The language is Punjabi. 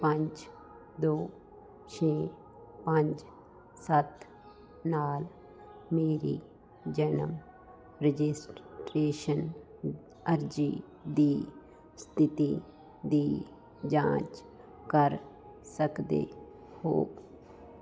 ਪੰਜ ਦੋ ਛੇ ਪੰਜ ਸੱਤ ਨਾਲ ਮੇਰੀ ਜਨਮ ਰਜਿਸਟ੍ਰੇਸ਼ਨ ਅਰਜ਼ੀ ਦੀ ਸਥਿਤੀ ਦੀ ਜਾਂਚ ਕਰ ਸਕਦੇ ਹੋ